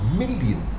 million